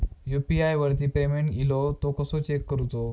UPI वरती payment इलो तो कसो चेक करुचो?